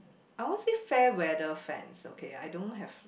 I won't say fair weather friends okay I don't have